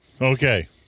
Okay